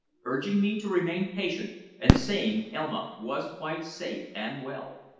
urging me to remain patient and saying elma was quite safe and well.